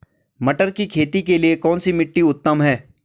मटर की खेती के लिए कौन सी मिट्टी उत्तम है?